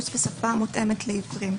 פלוס לשפה המותאמת לעיוורים.